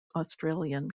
australian